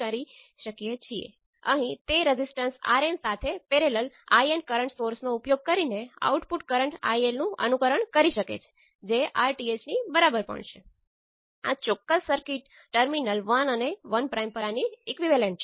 તેથી અને સિદ્ધાંતો y પેરામિટર સાથે બરાબર સમાન છે તેથી હું આ બાકીના પેરામિટર દ્વારા ઝડપથી જઈશ